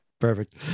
Perfect